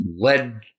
led